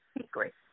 secret